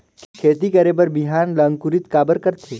खेती करे बर बिहान ला अंकुरित काबर करथे?